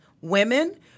women